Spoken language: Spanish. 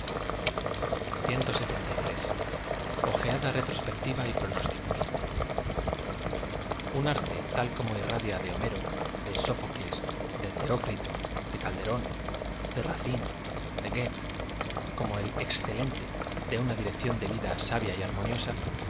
retrosptctiva y pronósticos un arte tal como irradia de homero de sófocles de teócrito de alderó de racine de goethe como el tx u u n te de una dirección de yida sabia y armoniosa